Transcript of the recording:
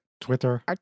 Twitter